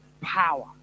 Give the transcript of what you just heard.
power